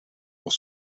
pour